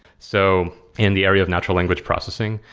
so in the area of natural language processing,